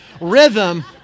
rhythm